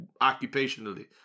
occupationally